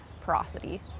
porosity